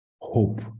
hope